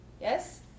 Yes